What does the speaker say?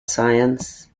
science